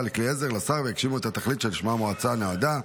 לכלי עזר לשר ויגשימו את התכלית שלשמה המועצה נועדה.